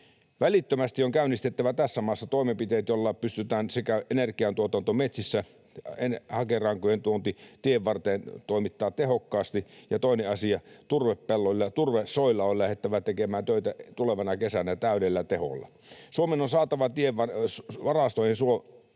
Välittömästi on käynnistettävä tässä maassa toimenpiteitä, joilla pystytään energiatuotanto metsissä, hakerankojen tuonti tienvarteen toimittamaan tehokkaasti. Ja toinen asia: Turvepelloilla ja turvesoilla on lähdettävä tekemään töitä tulevana kesänä täydellä teholla. Suomen on saatava aumoihin turvesoille